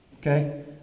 okay